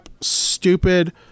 stupid